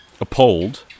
appalled